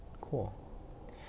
cool